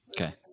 okay